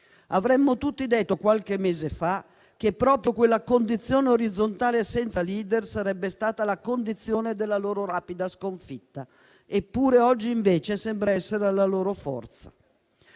Avremmo tutti detto, qualche mese fa, che proprio quella condizione orizzontale senza *leader* sarebbe stata la loro rapida sconfitta; eppure, oggi sembra essere la loro forza.